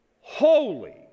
holy